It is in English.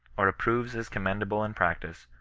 or approyes as commend able in practice,